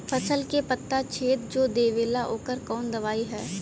फसल के पत्ता छेद जो देवेला ओकर कवन दवाई ह?